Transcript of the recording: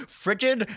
frigid